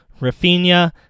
Rafinha